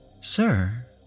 Sir